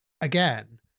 again